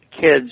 kids